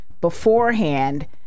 beforehand